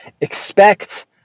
expect